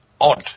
odd